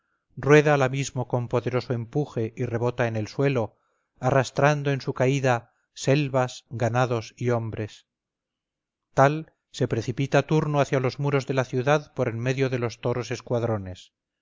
rueda al abismo con poderoso empuje y rebota en el suelo arrastrando en su caída selvas ganados y hombres tal se precipita turno hacia los muros de la ciudad por en medio de los toros escuadrones